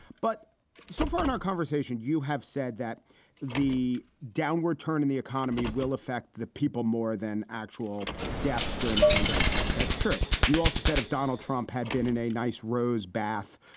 but so far in our conversation, you have said that the downward turn in the economy will affect the people more than actual deaths during the pandemic. i think that's true. you also said if donald trump had been in a nice rose bath,